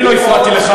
אני לא הפרעתי לך